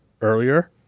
earlier